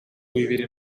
bibiri